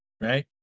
right